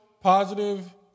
Positive